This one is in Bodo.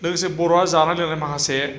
लोगोसे बर'आ जानाय लोंनाय माखासे